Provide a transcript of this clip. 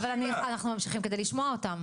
אנחנו ממשיכים כדי לשמוע אותם.